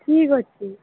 ଠିକ୍ ଅଛି